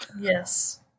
Yes